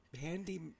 Handy